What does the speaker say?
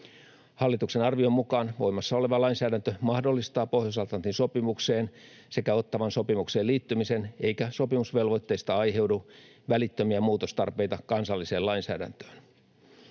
Hallituksen arvion mukaan voimassa oleva lainsäädäntö mahdollistaa Pohjois-Atlantin sopimukseen sekä Ottawan sopimukseen liittymisen eikä sopimusvelvoitteista aiheudu välittömiä muutostarpeita kansalliseen lainsäädäntöön.